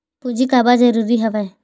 पूंजी काबर जरूरी हवय?